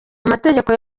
amategeko